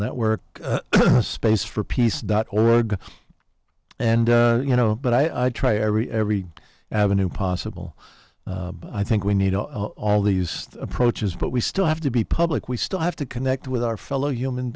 network space for peace dot org and you know but i try every every avenue possible but i think we need all these approaches but we still have to be public we still have to connect with our fellow human